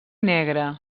negre